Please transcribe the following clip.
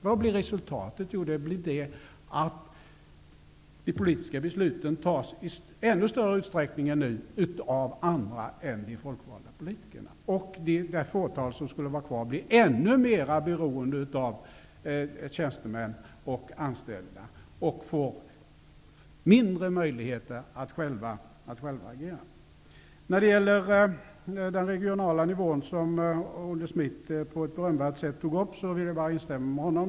Vad blir resultatet? Jo, de politiska besluten fattas i ännu större utsträckning än nu av andra, inte av de folkvalda politikerna. Det fåtal som skulle vara kvar skulle bli ännu mer beroende av tjänstemän och anställda och få mindre möjligheter att själva agera. Frågan om den regionala nivån tog Olle Schmidt upp på ett berömvärt sätt. Jag instämmer med honom.